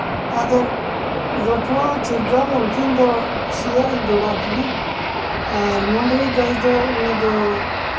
ᱟᱫᱚ ᱞᱟᱹᱴᱷᱣᱟᱹ ᱪᱤᱨᱜᱟᱹᱞ ᱩᱱᱠᱤᱱ ᱫᱚ ᱥᱤᱭᱳᱜ ᱤᱧ ᱡᱚᱲᱟᱣ ᱠᱤᱱᱟᱹ ᱟᱨ ᱢᱩᱰᱨᱤ ᱜᱟᱹᱭ ᱫᱚ ᱩᱱᱤ ᱫᱚ